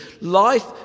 Life